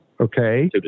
okay